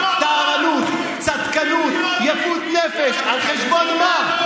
טהרנות, צדקנות, יפות נפש, על חשבון מה?